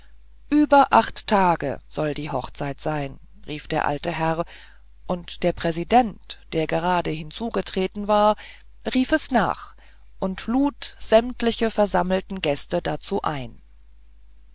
hoch über acht tage soll die hochzeit sein rief der alte herr und der präsident der gerade hinzugetreten war rief es nach und lud sämtliche versammelte gäste dazu ein